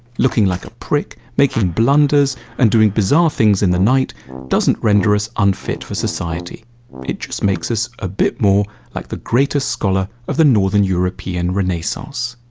looking like a prick, making blunders and doing bizarre things in the night doesn't render us unfit for society it just makes us a bit more like the greatest scholar of the northern european renaissance.